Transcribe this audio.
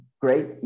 great